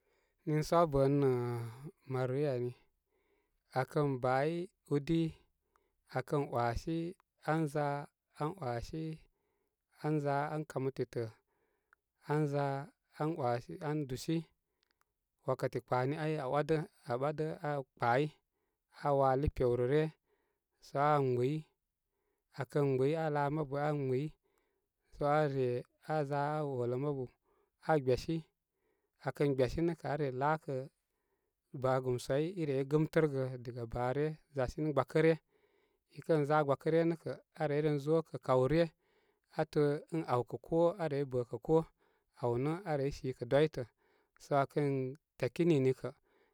Niisə abə nə nə, marori ani akən baay údi, aa kən wasi an za an wasi anza an kamə titə an za an wasi an duis wakati kpaani ai aa wadə, aa ɓadə aa kpaai, aa wali pewrə rə ryə sə aa gbɨy aa kən gbɨy aa laa mabu aa gbɨy so aa re aa za aa olə mabu aa gbyasi aa kən gbyasi nə kə, aa re laakə, baa gɨm suwai, ire é gɨtərə gə, diga baa rgə zasini gbakə ryə ikənza gbakəryə nəkə, aa reyrenzo kaw ryə atəə ən aw kə koo aa rey bə kə koo, aw nə aa rey sikə dwitə sə aa tyaki nini kə.